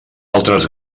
altres